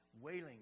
wailing